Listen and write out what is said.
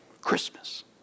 Christmas